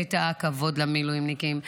את הכבוד למילואימניקים,